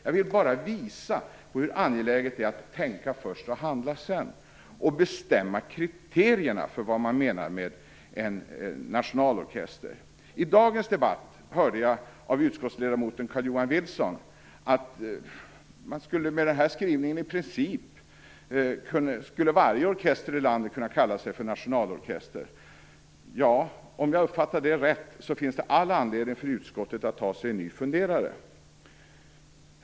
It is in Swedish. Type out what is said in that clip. Jag vill bara visa hur angeläget det är att tänka först och handla sedan och bestämma kriterierna för vad man menar med en nationalorkester. I dagens debatt hörde jag av utskottsledamoten Carl-Johan Wilson att med den här skrivningen skulle i princip varje orkester i landet kunna kalla sig för nationalorkester. Om jag uppfattade det rätt finns det all anledning för utskottet att ta sig en ny funderare.